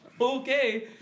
Okay